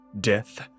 death